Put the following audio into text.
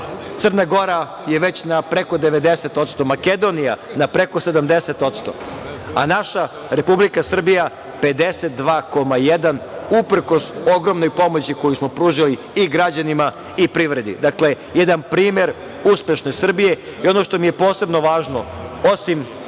Crna Gora je već na preko 90%, Makedonija na preko 70%, a naša Republika Srbija 52,1% uprkos ogromnoj pomoći koju smo pružili i građanima i privredi. Dakle, jedan primer uspešne Srbije. Ono što mi je posebno važno, osim